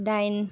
दाइऩ